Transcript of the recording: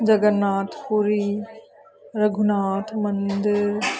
Jagannath Puri Raghunath Mandir